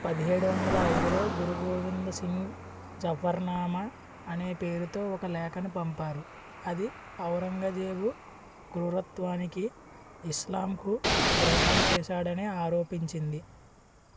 పదిహేడు వందల ఐదులో గురు గోవింద్ సింగ్ జఫర్నామా అనే పేరుతో ఒక లేఖను పంపారు అది ఔరంగజేబు క్రూరత్వానికి ఇస్లాంకు ద్రోహం చేశాడని ఆరోపించింది